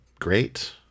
great